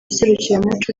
serukiramuco